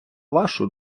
вашу